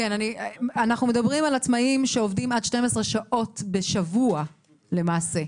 אנחנו מדברים על עצמאים שעובדים עד 12 שעות בשבוע למעשה,